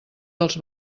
dels